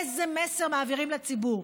איזה מסר מעבירים לציבור?